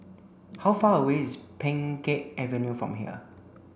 how far away is Pheng Geck Avenue from here